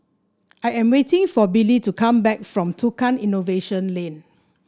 I am waiting for Billy to come back from Tukang Innovation Lane